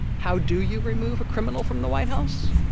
how do you remove a criminal from the white house?